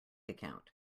account